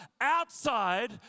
outside